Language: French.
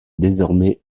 désormais